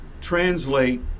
translate